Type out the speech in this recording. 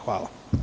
Hvala.